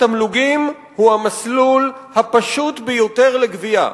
התמלוגים הם המסלול הפשוט יותר לגבייה.